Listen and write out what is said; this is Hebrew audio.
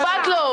רק מזיז לו.